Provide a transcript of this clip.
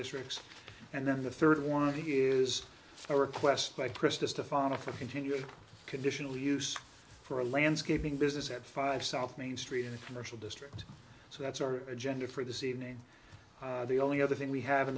districts and then the third one is a request by christus to find a continuing conditional use for a landscaping business at five south main street in a commercial district so that's our agenda for this evening the only other thing we have in